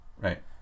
right